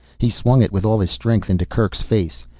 he swung it with all his strength into kerk's face.